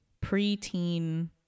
pre-teen